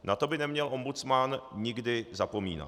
Na to by neměl ombudsman někdy zapomínat.